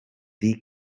ddi